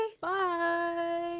Bye